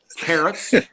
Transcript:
carrots